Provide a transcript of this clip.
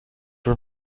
were